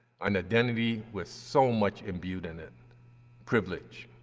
an identity with so much imbued in it privilege,